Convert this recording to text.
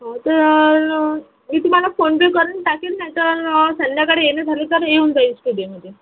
तर मी तुम्हाला फोनपे करून टाकील नाहीतर संध्याकाळी येणं झालं तर येऊन जाईल स्टुडिओमध्ये